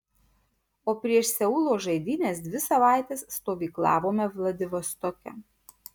o prieš seulo žaidynes dvi savaites stovyklavome vladivostoke